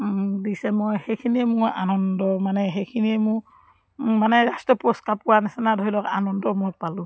দিছে মই সেইখিনিয়ে মোৰ আনন্দ মানে সেইখিনিয়ে মোৰ মানে ৰাষ্ট্ৰ পুৰস্কাৰ পোৱা নিচিনা ধৰি লওক আনন্দ মই পালোঁ